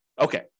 Okay